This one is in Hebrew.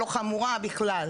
לא "חמורה" בכלל?